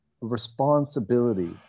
responsibility